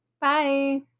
bye